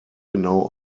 genau